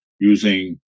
using